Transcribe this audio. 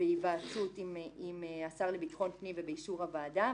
בהיוועצות השר לביטחון פנים ובאישור הוועדה.